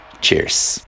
Cheers